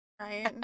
Right